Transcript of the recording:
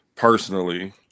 personally